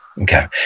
okay